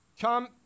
Come